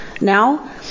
now